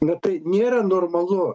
nu tai nėra normalu